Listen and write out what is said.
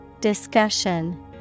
Discussion